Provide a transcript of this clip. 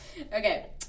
Okay